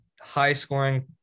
high-scoring